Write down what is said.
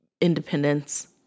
independence